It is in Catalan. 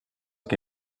que